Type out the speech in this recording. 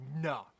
no